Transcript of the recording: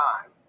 time